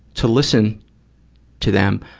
to listen to them,